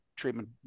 treatment